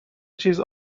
چیز